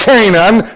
Canaan